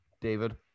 David